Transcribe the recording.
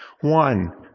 One